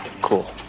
cool